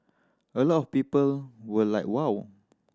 a lot of people were like wow